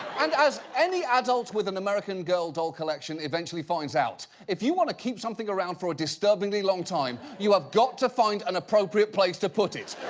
and as any adult with an american girl doll collection eventually finds out, if you wanna keep something around for a disturbingly long time, you have got to find an appropriate place to put it.